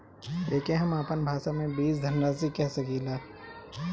एके हम आपन भाषा मे बीज धनराशि कह सकीला